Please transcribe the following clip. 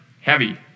Heavy